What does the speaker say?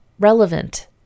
relevant